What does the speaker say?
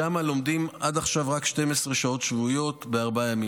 ושם לומדים עד עכשיו רק 12 שעות שבועיות בארבעה ימים.